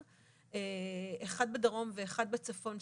אחד בדרום ואחד בצפון,